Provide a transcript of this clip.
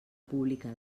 pública